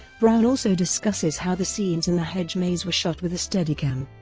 brown also discusses how the scenes in the hedge maze were shot with a steadicam.